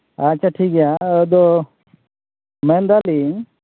ᱟᱪᱪᱷᱟ ᱴᱷᱤᱠᱜᱮᱭᱟ ᱟᱫᱚ ᱢᱮᱱᱫᱟᱞᱤᱧ